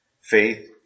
faith